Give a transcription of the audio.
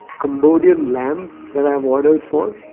cambodian lamb that i've ordered for.